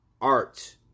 art